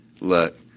look